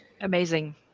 Amazing